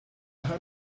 had